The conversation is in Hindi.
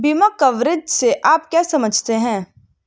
बीमा कवरेज से आप क्या समझते हैं?